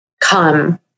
come